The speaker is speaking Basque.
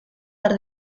har